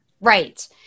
Right